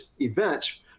events